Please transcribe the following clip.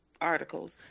articles